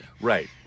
Right